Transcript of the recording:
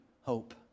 hope